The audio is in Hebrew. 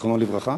זיכרונו לברכה,